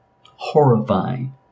horrifying